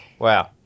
Wow